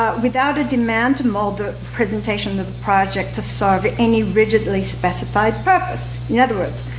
ah without a demand to mold the presentation, the project, to serve any rigidly specified purpose. in other words,